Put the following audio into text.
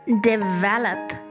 develop